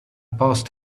passed